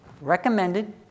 recommended